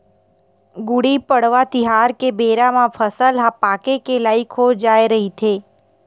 गुड़ी पड़वा तिहार के बेरा म फसल ह पाके के लइक हो जाए रहिथे